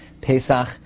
Pesach